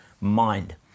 mind